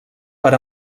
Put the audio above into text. per